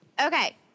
Okay